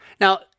Now